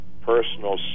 personal